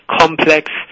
complex